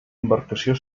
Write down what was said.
embarcació